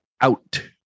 Out